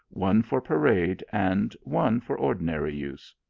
one for parade, and one for ordinary use.